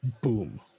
boom